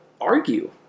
argue